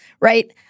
right